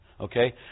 Okay